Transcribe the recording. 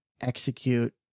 Execute